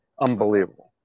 unbelievable